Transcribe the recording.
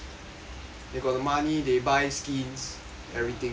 they got the money they buy skins everything